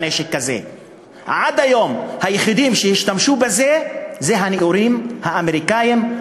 עד היום היחידים שהשתמשו בזה הם הנאורים האמריקנים,